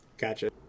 gotcha